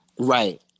Right